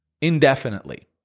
indefinitely